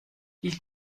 ils